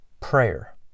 Prayer